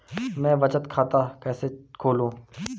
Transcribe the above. मैं बचत खाता कैसे खोलूँ?